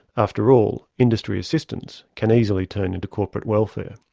after all, industry assistance can easily turn into corporate welfare.